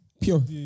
Pure